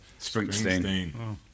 Springsteen